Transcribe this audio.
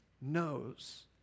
knows